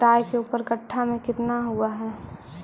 राई के ऊपर कट्ठा में कितना हुआ है?